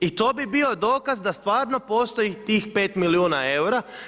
I to bi bio dokaz da stvarno postoji tih 5 milijuna eura.